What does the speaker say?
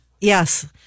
Yes